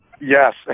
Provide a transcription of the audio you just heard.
yes